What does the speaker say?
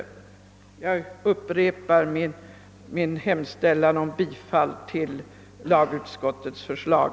Herr talman! Jag upprepar min hemställan om bifall till första lagutskottets förslag.